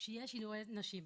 שיהיה שידורי נשים.